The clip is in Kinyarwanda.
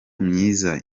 myiza